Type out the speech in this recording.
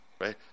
right